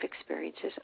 experiences